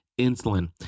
insulin